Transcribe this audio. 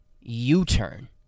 U-turn